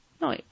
No